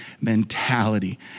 mentality